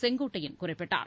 செங்கோட்டையன் குறிப்பிட்டார்